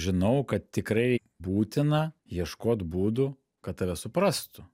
žinau kad tikrai būtina ieškot būdų kad tave suprastų